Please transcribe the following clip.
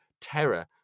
terror